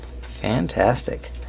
Fantastic